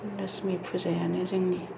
लक्ष्मि फुजायानो जोंनि